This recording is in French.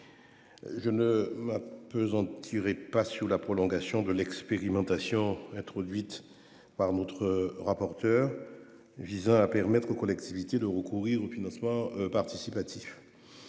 Je ne m'appesantirai pas sur la prolongation de l'expérimentation introduite par M. le rapporteur visant à permettre aux collectivités de recourir au financement participatif